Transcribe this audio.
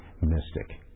mystic